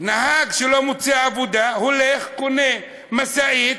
נהג שלא מוצא עבודה הולך, קונה משאית,